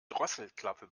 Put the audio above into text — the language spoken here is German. drosselklappe